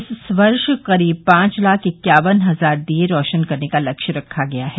इस वर्ष करीब पांच लाख इक्यावन हजार दीये रोशन करने का लक्ष्य रखा गया है